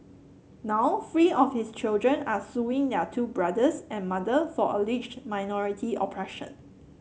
now three of his children are suing their two brothers and mother for alleged minority oppression